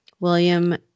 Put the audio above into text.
William